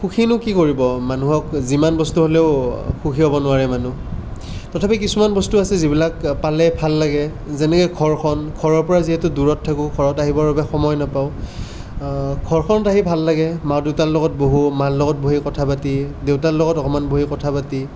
সুখীনো কি কৰিব মানুহক যিমান বস্তু হ'লেও সুখী হ'ব নোৱাৰে মানুহ তথাপি কিছুমান বস্তু আছে যিবিলাক পালে ভাল লাগে যেনেকৈ ঘৰখন ঘৰৰ পৰা যিহেতু দূৰত থাকোঁ ঘৰত আহিবৰ বাবে সময় নাপাওঁ ঘৰখনত আহি ভাল লাগে মা দেউতাৰ লগত বহো মাৰ লগত বহি কথা পাতি দেউতাৰ লগত অকমান বহি কথা পাতি